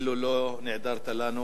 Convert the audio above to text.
כאילו לא נעדרת לנו.